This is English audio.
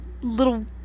little